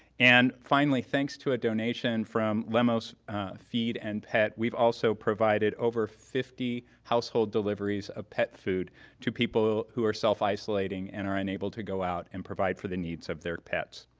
and finally, thanks to a donation from lemos feed and pet, we've also provided over fifty household deliveries of pet food to people who are self-isolating and are unable to go out and provide for the needs of their pets.